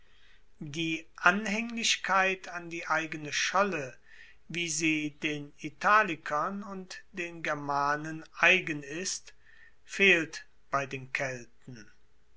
die anhaenglichkeit an die eigene scholle wie sie den italikern und den germanen eigen ist fehlt bei den kelten